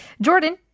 Jordan